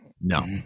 No